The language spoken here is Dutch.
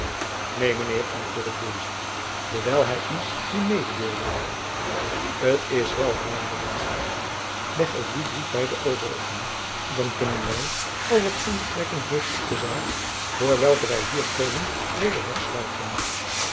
neen mijn heer antwoordde deze dewijl hy u die mededeelde t is wel hernam de witt leg ook dien brief jacob van lennep elizabeth musch by de overigen dan kunnen wy al wat geen betrekking heeft op de zaak voor welke wij hier komen weder wegsluiten